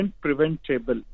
preventable